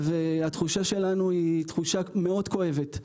והתחושה שלנו היא תחושה מאוד כואבת.